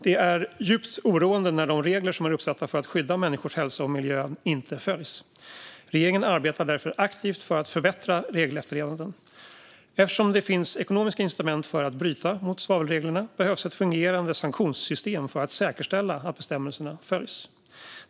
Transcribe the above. Det är djupt oroande när de regler som är uppsatta för att skydda människors hälsa och miljön inte följs. Regeringen arbetar därför aktivt för att förbättra regelefterlevnaden. Eftersom det finns ekonomiska incitament för att bryta mot svavelreglerna behövs ett fungerande sanktionssystem för att säkerställa att bestämmelserna följs.